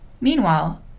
Meanwhile